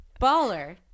Baller